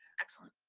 excellent.